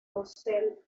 dosel